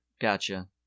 Gotcha